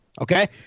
Okay